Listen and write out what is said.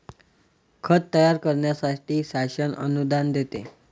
खत तयार करण्यासाठी शासन अनुदान देते